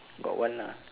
got one lah